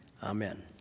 Amen